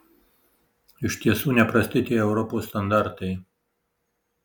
iš tiesų neprasti tie europos standartai